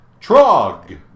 Trog